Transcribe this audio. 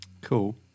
Cool